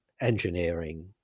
engineering